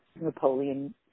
Napoleon